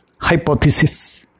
hypothesis